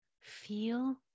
feel